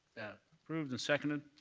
approved and seconded.